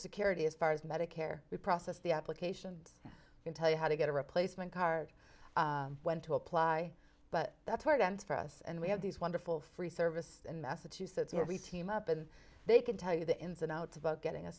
security as far as medicare we process the applications can tell you how to get a replacement card when to apply but that's where it ends for us and we have these wonderful free service in massachusetts every team up and they can tell you the ins and outs about getting a